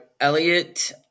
Elliot